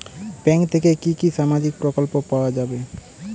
Bank থেকে কি কি সামাজিক প্রকল্প পাওয়া যাবে?